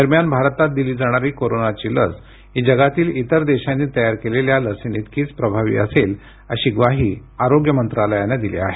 दरम्यान भारतात दिली जाणारी कोरोनाची लस ही जगातील इतर देशांनी तयार केलेल्या लसींइतकीच प्रभावी असेल अशी ग्वाही आरोग्य मंत्रालयानं दिली आहे